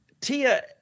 Tia